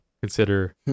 consider